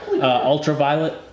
Ultraviolet